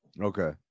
Okay